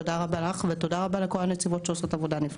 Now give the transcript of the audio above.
תודה רבה לך ותודה רבה לכל הנציבות שעושות עבודה נפלאה.